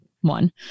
one